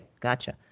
gotcha